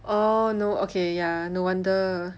orh no okay ya no wonder